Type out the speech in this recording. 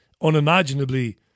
unimaginably